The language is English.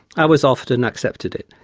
i was offered and accepted it.